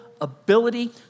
ability